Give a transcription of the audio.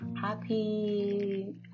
Happy